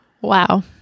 Wow